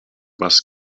was